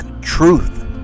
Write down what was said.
Truth